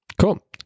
Cool